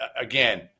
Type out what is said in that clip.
again